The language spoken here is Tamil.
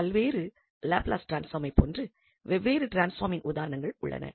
பல்வேறு லாப்லஸ் டிரான்ஸ்பாமைப் போன்ற வெவ்வேறு டிரான்ஸ்பாமின் உதாரணங்கள் உள்ளன